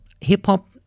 hip-hop